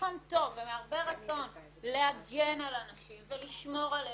ממקום טוב ומהרבה רצון להגן על הנשים ולשמור עליהן,